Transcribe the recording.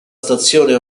stazione